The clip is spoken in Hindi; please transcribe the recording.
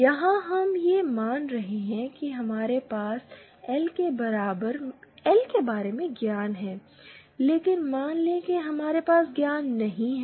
यहाँ हम यह मान रहे हैं कि हमारे पास एल के बारे में ज्ञान है लेकिन मान लें कि हमारे पास ज्ञान नहीं है